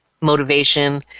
motivation